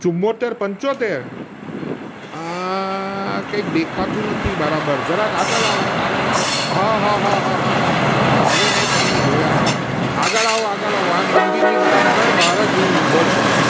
ચુંમોતેર પંચોતેર કંઈ દેખાતું નથી બરાબર જરાક આગળ આવો આગળ આવો હ હ હા હા હવે મેં તમને જોયા આગળ આવો આગળ આવો આ મંદિરની બરાબર બહાર જ હું ઊભો છું